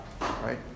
right